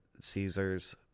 Caesar's